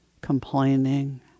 complaining